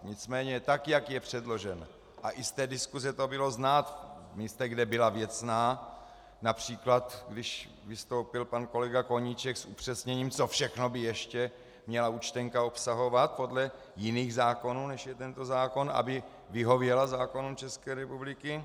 Nicméně tak, jak je předložena, a i z té diskuse to bylo znát, v místech, kde byla věcná, např. když vystoupil pan kolega Koníček s upřesněním, co všechno by ještě měla účtenka obsahovat podle jiných zákonů, než je tento zákon, aby vyhověla zákonům České republiky.